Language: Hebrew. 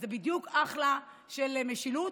זה בדיוק אחלה של משילות.